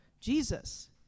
Jesus